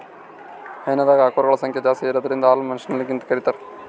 ಹೈನಾದಾಗ್ ಆಕಳಗೊಳ್ ಸಂಖ್ಯಾ ಜಾಸ್ತಿ ಇರದ್ರಿನ್ದ ಹಾಲ್ ಮಷಿನ್ಲಿಂತ್ ಕರಿತಾರ್